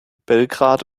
belgrad